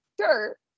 Sure